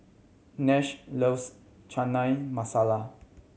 Nash loves Chana Masala